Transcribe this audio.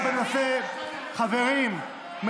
חברים,